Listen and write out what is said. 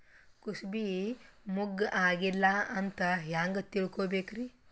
ಕೂಸಬಿ ಮುಗ್ಗ ಆಗಿಲ್ಲಾ ಅಂತ ಹೆಂಗ್ ತಿಳಕೋಬೇಕ್ರಿ?